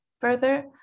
Further